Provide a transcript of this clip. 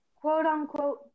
quote-unquote